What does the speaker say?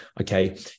okay